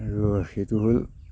আৰু সেইটো হ'ল